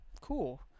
cool